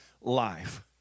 life